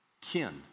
kin